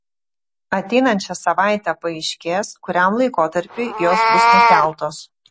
ateinančią savaitę paaiškės kuriam laikotarpiui jos bus nukeltos